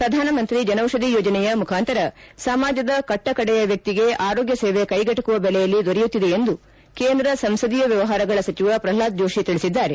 ಪ್ರಧಾನಮಂತ್ರಿ ಜನೌಷಧಿ ಯೋಜನೆಯ ಮುಖಾಂತರ ಸಮಾಜದ ಕಟ್ಟಕಡೆಯ ವ್ಯಕ್ತಿಗೆ ಆರೋಗ್ಯ ಸೇವೆ ಕೈಗಟಕುವ ಬೆಲೆಯಲ್ಲಿ ದೊರೆಯುತ್ತಿದೆ ಎಂದು ಕೇಂದ್ರ ಸಂಸದೀಯ ವ್ಯವಹಾರಗಳ ಸಚಿವ ಪ್ರಲ್ನಾದ್ ಜೋಷಿ ತಿಳಿಸಿದ್ದಾರೆ